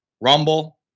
rumble